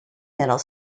middle